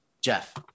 Jeff